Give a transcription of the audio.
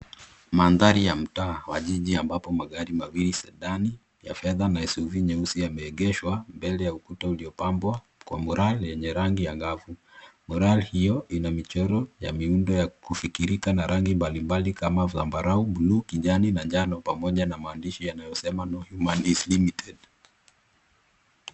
Mandhari ya mtaa wa jiji ambapo magari mawili Sidan ya fedha na SUV nyeusi yameegeshwa mbele ya ukuta ulio pambwa kwa moral yenye rangi ya angavu. Moral hiyo ina michoro ya miundo ya kufikirika na rangi mbalimbali kama zambarau, buluu na njano pamoja na maandishi inayo soma no human is limited .